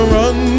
run